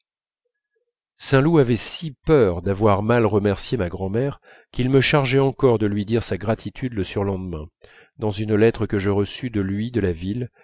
saint loup avait si peur d'avoir mal remercié ma grand'mère qu'il me chargeait encore de lui dire sa gratitude le surlendemain dans une lettre que je reçus de lui de la ville